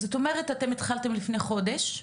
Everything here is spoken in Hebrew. זאת אומרת אתם התחלתם לפני חודש,